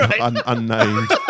unnamed